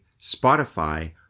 Spotify